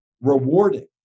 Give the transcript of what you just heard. rewarding